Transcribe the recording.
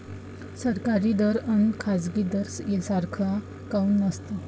सरकारी दर अन खाजगी दर सारखा काऊन नसतो?